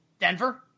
Denver